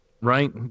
Right